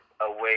away